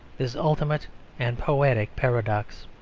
this ultimate and poetic paradox.